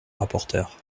rapporteur